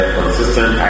consistent